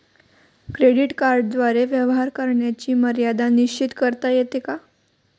Credit कार्डद्वारे व्यवहार करण्याची मर्यादा निश्चित करता येते का?